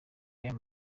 real